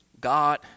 God